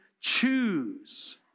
Choose